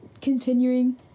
continuing